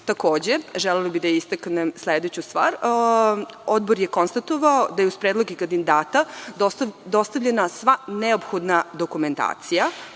želela bih da istaknem sledeću stvar. Odbor je konstatovao da je uz predloge kandidata dostavljena sva neophodna dokumentacija